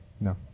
No